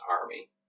Army